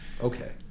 okay